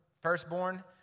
firstborn